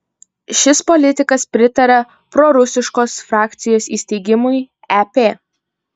šis politikas pritaria prorusiškos frakcijos įsteigimui ep